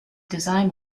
design